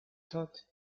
though